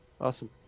Awesome